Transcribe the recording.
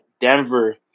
Denver